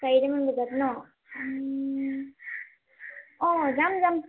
চাৰিটামান বজাত ন অ' যাম যাম